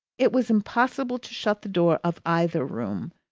it was impossible to shut the door of either room,